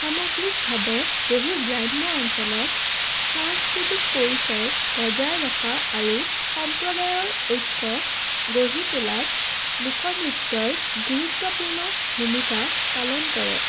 সামগ্ৰিকভাৱে বহু গ্ৰাম্য অঞ্চলত সাংস্কৃতিক পৰিচয় বজাই ৰখা আৰু সম্প্ৰদায়ৰ ঐক্য গঢ়ি তোলাত লোকনৃত্যই গুৰুত্বপূৰ্ণ ভূমিকা পালন কৰে